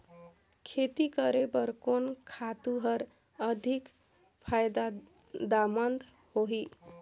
खेती करे बर कोन खातु हर अधिक फायदामंद होही?